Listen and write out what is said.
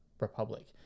Republic